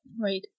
right